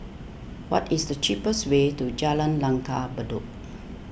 what is the cheapest way to Jalan Langgar Bedok